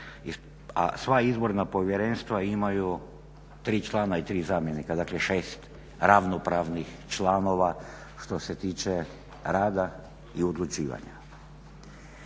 sva izborna povjerenstva imaju 3 člana i 3 zamjenika, dakle 6 ravnopravnih članova što se tiče rada i odlučivanja.